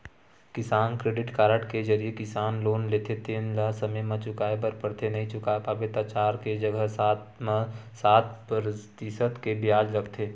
किसान credit card के जरिए किसान लोन लेथे तेन ल समे म चुकाए बर परथे नइ चुका पाबे त चार के जघा म सात परतिसत के बियाज लगथे